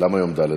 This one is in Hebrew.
למה יום ד'?